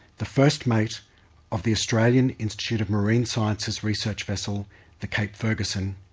the first mate of the australian institute of marine science's research vessel the cape ferguson,